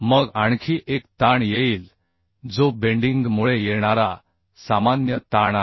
मग आणखी एक ताण येईल जो बेंडिंग मुळे येणारा सामान्य ताण आहे